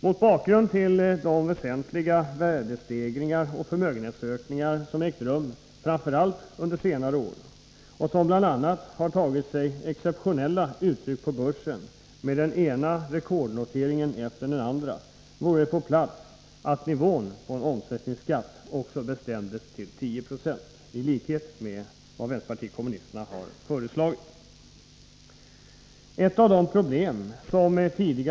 Mot bakgrund av de väsentliga värdestegringar och förmögenhetsökningar som ägt rum framför allt under senare år — och som bl.a. har tagit sig exceptionella uttryck på börsen med den ena rekordnoteringen efter den andra — vore det på sin plats att nivån på omsättningsskatten, i likhet med vad vänsterpartiet kommunisterna har föreslagit, bestämdes till 10 96.